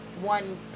one